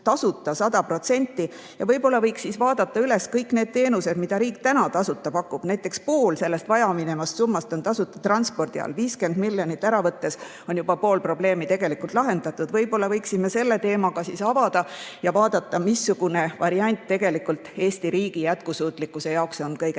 tasuta. Võib-olla võiks vaadata üle kõik need teenused, mida riik täna tasuta pakub. Näiteks pool vajaminevast summast on tasuta transpordi all. 50 miljonit eurot ära võttes on juba pool probleemi lahendatud. Võib-olla võiksime selle teema avada ja vaadata, missugune variant tegelikult Eesti riigi jätkusuutlikkuse jaoks on kõige